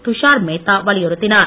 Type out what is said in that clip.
துஷார் மேத்தா வலியுறுத்தினார்